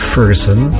Ferguson